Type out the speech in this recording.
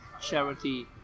charity